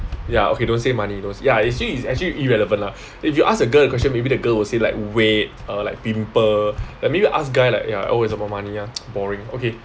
ya okay don't say money don~ ya actually it's actually it's irrelevant lah if you ask a girl a question maybe the girl will say like weight err like pimple maybe you ask guy like ya oh it's about money uh ya boring okay